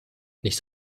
nicht